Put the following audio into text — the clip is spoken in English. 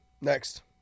Next